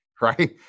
Right